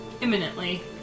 imminently